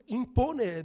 impone